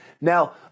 Now